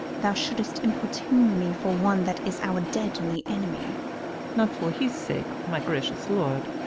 thou shouldest importune me for one that is our deadly enemy not for his sake, my gracious lord,